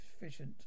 efficient